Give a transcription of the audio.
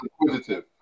inquisitive